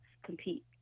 compete